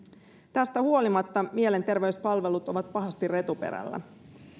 tästä huolimatta mielenterveyspalvelut ovat pahasti retuperällä